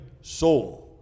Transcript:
soul